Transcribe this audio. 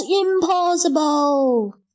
impossible